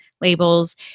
labels